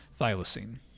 thylacine